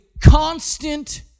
constant